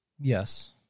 Yes